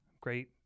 great